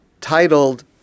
titled